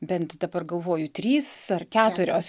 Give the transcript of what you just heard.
bent dabar galvoju trys ar keturios